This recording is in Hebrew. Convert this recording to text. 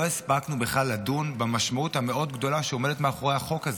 לא הספקנו בכלל לדון במשמעות המאוד-גדולה שעומדת מאחורי החוק הזה.